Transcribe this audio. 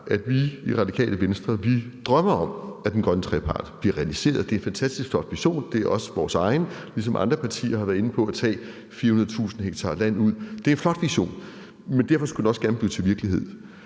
at vi i Radikale Venstre drømmer om, at den grønne trepart bliver realiseret. Det er en fantastisk flot vision, og det er også vores egen, ligesom andre partier har været inde på at det er, at tage 400.000 ha land ud. Det er en flot vision. Men derfor skulle den også gerne blive til virkelighed.